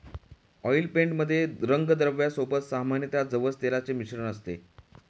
oil paint मध्ये रंगद्रव्या सोबत सामान्यतः जवस तेलाचे मिश्रण असते